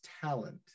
talent